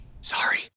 Sorry